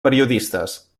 periodistes